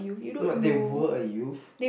but they were a youth